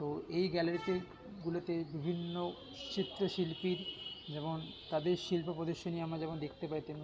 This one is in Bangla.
তো এই গ্যালারিতে গুলোতে বিভিন্ন চিত্রশিল্পীর যেমন তাদের শিল্প প্রদর্শনী আমরা যেমন দেখতে পাই তেমন